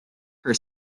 her